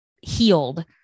healed